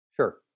Sure